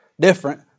different